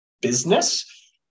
business